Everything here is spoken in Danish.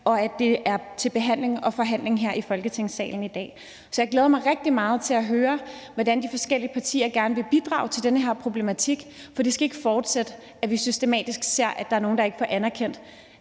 og at det er til behandling og forhandling her i Folketingssalen i dag. Så jeg glæder mig rigtig meget til at høre, hvordan de forskellige partier gerne vil bidrage til at løse den her problematik, for det skal ikke fortsætte, at vi systematisk ser, at der er nogle, der ikke får anerkendt,